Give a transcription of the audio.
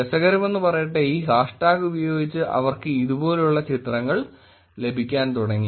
രസകരമെന്നു പറയട്ടെ ഈ ഹാഷ് ടാഗ് ഉപയോഗിച്ച് അവർക്ക് ഇതുപോലുള്ള ചിത്രങ്ങൾ ലഭിക്കാൻ തുടങ്ങി